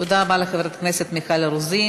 תודה רבה לחברת הכנסת מיכל רוזין.